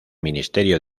ministerio